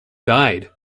died